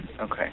Okay